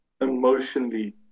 emotionally